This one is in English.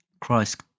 Christ